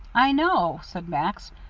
i know, said max,